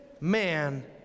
man